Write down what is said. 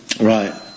Right